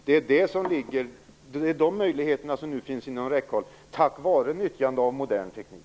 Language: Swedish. Det är dessa möjligheter som nu finns inom räckhåll tack vare nyttjandet av modern teknik.